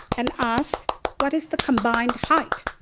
and ask what is the combined height?